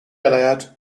iliad